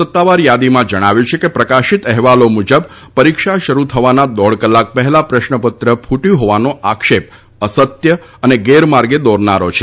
સત્તાવાર યાદીમાં જણાવ્યું છે કે પ્રકાશિત અહેવાલો મુજબ પરીક્ષા શરૂ થવાના દોઢ કલાક પહેલા પ્રશ્નપત્ર ફ્રટ્યું હોવાનો આક્ષેપ અસત્ય અને ગેરમાર્ગે દોરનારો છે